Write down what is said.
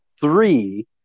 three